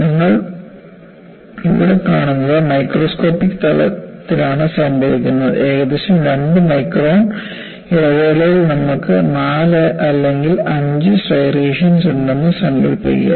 നിങ്ങൾ ഇവിടെ കാണുന്നത് മൈക്രോസ്കോപ്പിക് തലത്തിലാണ് സംഭവിക്കുന്നത് ഏകദേശം 2 മൈക്രോൺ ഇടവേളയിൽ നമുക്ക് 4 അല്ലെങ്കിൽ 5 സ്ട്രൈയേഷൻസ് ഉണ്ടെന്ന് സങ്കൽപ്പിക്കുക